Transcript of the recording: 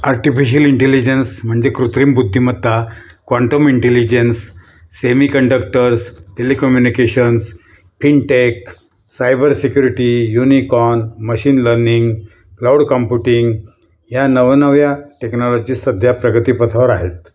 artificial intelligence म्हणजे कृत्रिम बुद्धिमत्ता quantum intelligence semiconductors telecommunications fintech cyber security unicorn machine learning cloud computing या नवनव्या टेक्नॉलॉजी सध्या प्रगतीपथावर आहेत